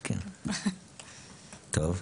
טוב.